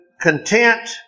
content